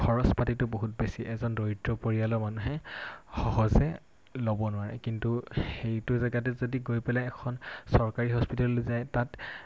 খৰচ পাতিটো বহুত বেছি এজন দৰিদ্ৰ পৰিয়ালৰ মানুহে সহজে ল'ব নোৱাৰে কিন্তু সেইটো জেগাতে যদি গৈ পেলাই এখন চৰকাৰী হস্পিতেললৈ যায় তাত